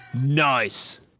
Nice